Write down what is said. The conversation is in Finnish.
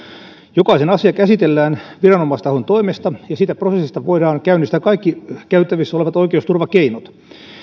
jokaisen asia käsitellään viranomaistahon toimesta ja siitä prosessista voidaan käynnistää kaikki käytettävissä olevat oikeusturvakeinot